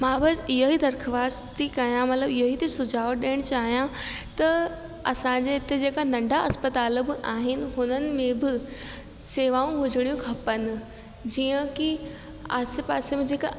मां बसि इहो ई दरख़्वास्त थी कयां मतिलबु इहो ई थी सुझाव ॾियण चाहियां त असांजे हिते जेका नंढा अस्पताल बि आहिनि हुननि में बि शेवाऊं हुजणियूं खपनि जीअं की आसे पासे में जेका